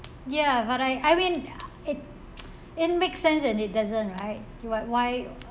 ya but I I mean I~ it it makes sense and it doesn't right you are why